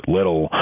Little